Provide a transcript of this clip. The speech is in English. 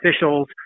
officials